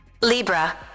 Libra